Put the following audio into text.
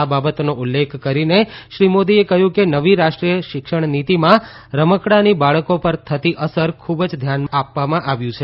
આ બાબતનો ઉલ્લેખ કરીને શ્રી મોદીએ કહ્યું કે નવી રાષ્ટ્રીય શિક્ષણ નિતીમાં રમકડાંની બાળકો પર થતી અસર ઉપર ખૂબ જ ધ્યાન આપવામાં આવ્યું છે